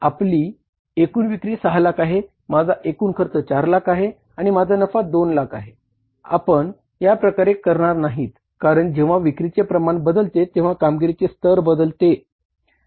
आपली एकूण विक्री 6 लाख आहे माझा एकूण खर्च 4 लाख आहे आणि माझा नफा दोन लाख आहे आपण या प्रकारे करणार नाहीत कारण जेंव्हा विक्रीचे प्रमाण बदलते तेंव्हा कामगिरीचे स्तर बदलते